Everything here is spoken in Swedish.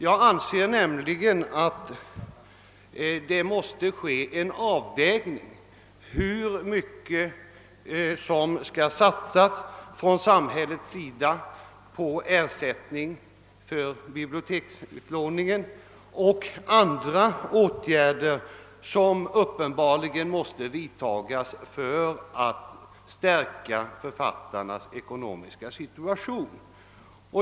Jag anser att det måste ske en avvägning mellan vad samhället satsar på ersättning för biblioteksutlåning och vad man satsar på andra åtgärder som uppenbarligen måste vidtas för att stärka författarnas ekonomiska situation.